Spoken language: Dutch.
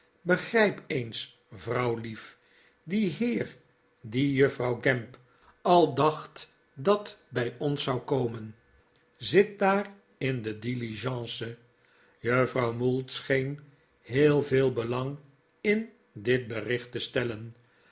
begrijp eens vrouwlief die heer die juffrouw gamp al dacht dat bij ons zou komen zit daar in de diligence juffrouw mould scheen heel veel belang in dit bericht te stellen